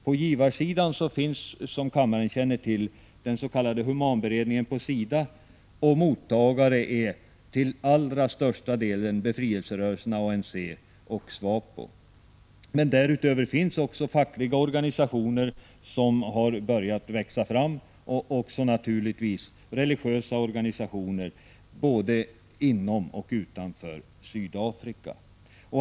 På givarsidan finns, som kammaren känner till, den s.k. humanberedningen på SIDA, och mottagare är till allra största delen befrielserörelserna ANC och SWAPO. Därutöver finns också fackliga organisationer, som har börjat växa fram, och naturligtvis religiösa organisationer både inom och utanför Sydafrika.